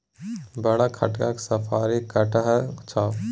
बड़ खटहा साफरी कटहड़ छौ